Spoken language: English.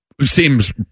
seems